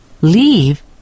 leave